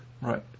Right